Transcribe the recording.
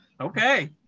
Okay